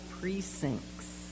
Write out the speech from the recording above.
precincts